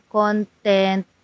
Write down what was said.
content